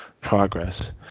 progress